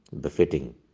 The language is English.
befitting